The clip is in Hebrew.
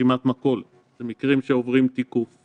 רשימת מכולת, זה מקרים שעוברים תיקוף ובדיקה.